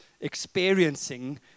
experiencing